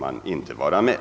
man inte vara med.